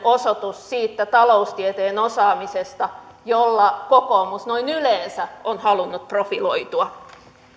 osoitus siitä taloustieteen osaamisesta jolla kokoomus noin yleensä on halunnut profiloitua